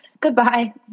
Goodbye